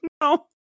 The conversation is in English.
No